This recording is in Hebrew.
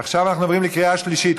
עכשיו אנחנו עוברים לקריאה שלישית.